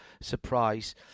surprise